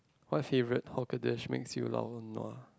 what favourite hawker dish makes you lao nua